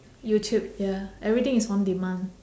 youtube ya everything is on demand